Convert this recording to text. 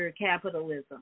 capitalism